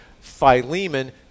Philemon